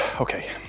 Okay